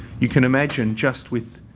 you can imagine just with